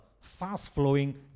fast-flowing